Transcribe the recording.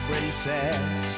Princess